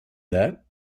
that